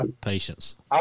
patience